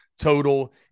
total